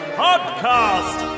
podcast